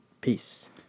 Peace